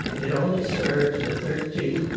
it only serves the thirteen